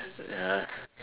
ya